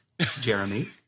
Jeremy